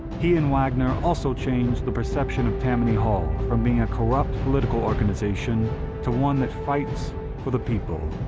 he and wagner also changed the perception of tammany hall from being a corrupt political organization to one that fights for the people.